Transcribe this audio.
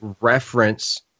reference